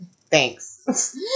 Thanks